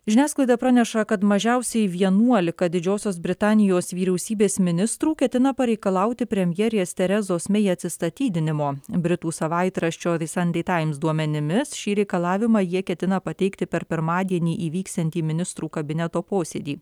žiniasklaida praneša kad mažiausiai vienuolika didžiosios britanijos vyriausybės ministrų ketina pareikalauti premjerės terezos mei atsistatydinimo britų savaitraščio ve sandei taims duomenimis šį reikalavimą jie ketina pateikti per pirmadienį įvyksiantį ministrų kabineto posėdį